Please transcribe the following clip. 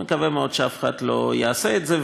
אני מקווה מאוד שאף אחד לא יעשה את זה,